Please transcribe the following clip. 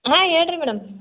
ಹಾಂ ಹೇಳ್ ರೀ ಮೇಡಮ್